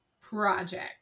project